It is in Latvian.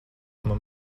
man